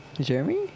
Jeremy